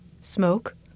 Smoke